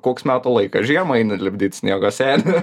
koks metų laikas žiemą eini lipdyt sniego senio